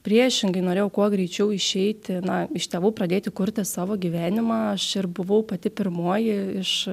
priešingai norėjau kuo greičiau išeiti na iš tėvų pradėti kurti savo gyvenimą aš ir buvau pati pirmoji iš